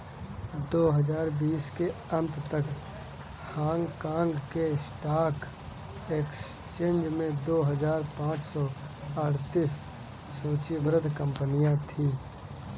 दो हजार बीस के अंत तक हांगकांग के स्टॉक एक्सचेंज में दो हजार पाँच सौ अड़तीस सूचीबद्ध कंपनियां थीं